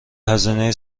هزینه